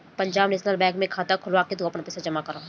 Punjab National Bank में खाता खोलवा के तू आपन पईसा जमा करअ